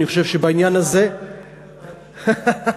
ועדת האתיקה,